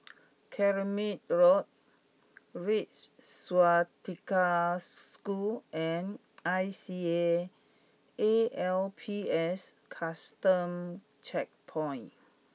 Carmichael Road Red Swastika School and I C A A L P S Custom Checkpoint